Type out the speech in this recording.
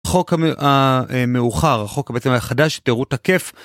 חוק המאוחר, החוק בעצם החדש, הוא תקף.